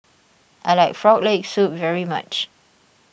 I like Frog Leg Soup very much